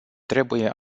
trebuie